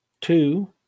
Two